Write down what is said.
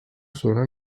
sonra